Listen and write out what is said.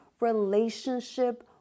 relationship